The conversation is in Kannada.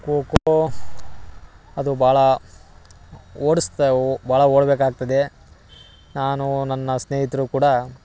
ಖೋಖೋ ಅದು ಭಾಳ ಓಡಿಸ್ತವು ಭಾಳ ಓಡಬೇಕಾಗ್ತದೆ ನಾನು ನನ್ನ ಸ್ನೇಹಿತರು ಕೂಡ